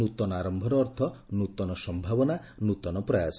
ନ୍ବତନ ଆରମ୍ଭର ଅର୍ଥ ନୃତନ ସମ୍ଭାବନା ନୃତନ ପ୍ରୟାସ